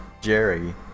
Jerry